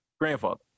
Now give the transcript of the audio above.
grandfather